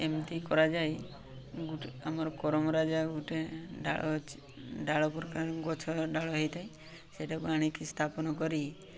ଏମିତି କରାଯାଇ ଆମର କରମରାଜା ଗୁଟେ ଡାଳ ଅଛି ଡାଳ ପ୍ରକାର ଗଛ ଡାଳ ହେଇଥାଏ ସେଟାକୁ ଆଣିକି ସ୍ଥାପନ କରି